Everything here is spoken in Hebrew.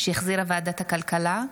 שהחזירה ועדת הכלכלה.